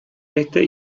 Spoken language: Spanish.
este